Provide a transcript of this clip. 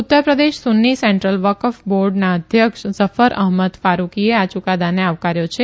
Uttar Pradesh Sunni central Waqf બોર્ડના અધ્યક્ષ ઝફર અહમદ ફારૂકીએ આ યુકાદાને આવકાર્યો છે